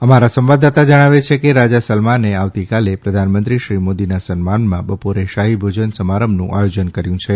અમારા સંવાદદાતા જણાવે છે કે રાજા સલમાને આવતીકાલે પ્રધાનમંત્રી શ્રી મોદીના સન્માનમાં બપોરે શાહી ભોજન સમારંભનું આયોજન કર્યું છે